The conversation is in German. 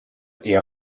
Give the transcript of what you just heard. air